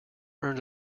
earned